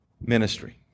ministry